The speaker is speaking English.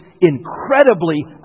incredibly